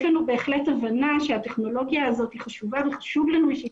יש לנו בהחלט הבנה שהטכנולוגיה הזאת היא חשובה וחשוב לנו שהיא תהיה.